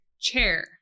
chair